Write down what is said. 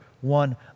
one